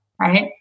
right